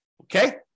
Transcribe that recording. Okay